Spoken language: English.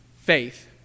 faith